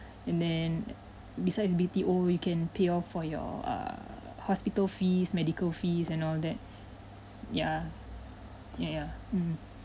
and then besides B_T_O we can pay for your err hospital fees medical fees and all that ya ya ya